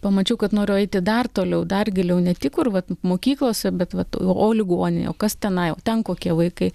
pamačiau kad noriu eiti dar toliau dar giliau ne tik kur va mokyklose bet vat o ligoninėj o kas tenai o ten kokie vaikai